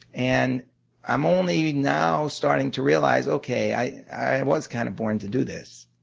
and i'm only now starting to realize okay, i i was kind of born to do this.